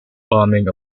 bombing